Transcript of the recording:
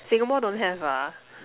Singapore don't have ah